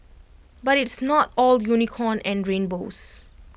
but it's not all unicorn and rainbows